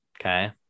okay